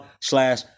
slash